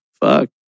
Fuck